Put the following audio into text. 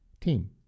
team